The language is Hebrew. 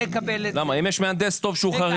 אם יש מהנדס טוב שהוא חרדי?